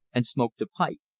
and smoked a pipe.